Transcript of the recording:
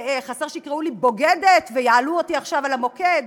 חסר שיקראו לי בוגדת ויעלו אותי עכשיו על המוקד,